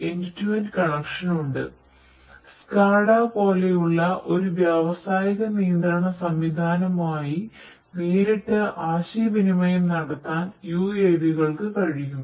SCADA പോലെയുള്ള ഒരു വ്യാവസായിക നിയന്ത്രണ സംവിധാനവുമായി നേരിട്ട് ആശയവിനിമയം നടത്താൻ UAV കൾക്ക് കഴിയും